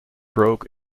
broke